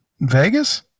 Vegas